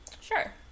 Sure